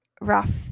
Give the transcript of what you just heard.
rough